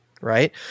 right